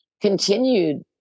continued